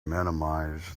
minimize